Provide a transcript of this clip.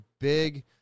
big